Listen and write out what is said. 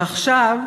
ועכשיו,